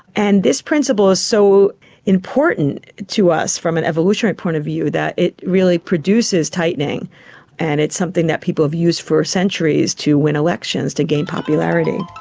and this principle is so important to us from an evolutionary point of view that it really produces tightening and it's something that people have used for centuries to win elections to gain popularity.